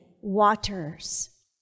waters